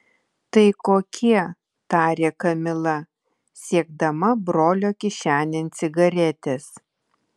tai kokie tarė kamila siekdama brolio kišenėn cigaretės